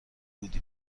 بودی